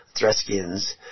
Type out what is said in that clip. Threskians